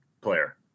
player